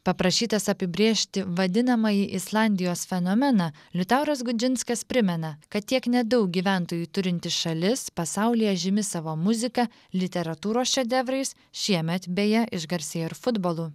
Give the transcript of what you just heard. paprašytas apibrėžti vadinamąjį islandijos fenomeną liutauras gudžinskas primena kad tiek nedaug gyventojų turinti šalis pasaulyje žymi savo muziką literatūros šedevrais šiemet beje išgarsėjo ir futbolu